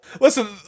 Listen